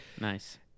Nice